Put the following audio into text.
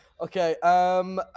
Okay